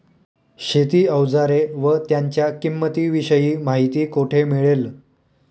शेती औजारे व त्यांच्या किंमतीविषयी माहिती कोठे मिळेल?